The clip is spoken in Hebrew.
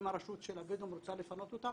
אם הרשות של הבדואים רוצה לפנות אותם,